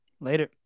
Later